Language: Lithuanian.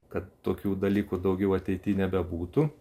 kad tokių dalykų daugiau ateity nebebūtų